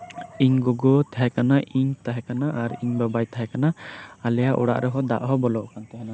ᱤᱧ ᱜᱚᱜᱚᱭ ᱛᱟᱦᱮᱸ ᱠᱟᱱᱟ ᱤᱧ ᱛᱟᱦᱮᱸ ᱠᱟᱱᱟ ᱟᱨ ᱤᱧ ᱵᱟᱵᱟᱭ ᱛᱟᱦᱮᱸ ᱠᱟᱱᱟ ᱟᱨ ᱟᱞᱮᱭᱟᱜ ᱚᱲᱟᱜ ᱨᱮᱦᱚᱸ ᱫᱟᱜ ᱦᱚᱸ ᱵᱚᱞᱚᱜ ᱠᱟᱱ ᱛᱟᱦᱮᱱᱟ